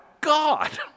God